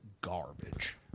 garbage